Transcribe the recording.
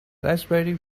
raspberry